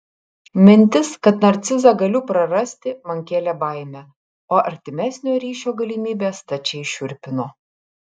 mintis kad narcizą galiu prarasti man kėlė baimę o artimesnio ryšio galimybė stačiai šiurpino